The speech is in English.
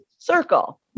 circle